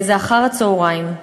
באיזה אחר-צהריים,